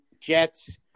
Jets